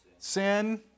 Sin